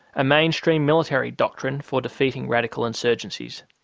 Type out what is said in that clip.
a mainstream military doctrine for defeating radical insurgencies.